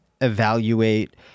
evaluate